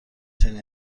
چنین